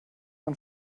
man